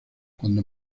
cuando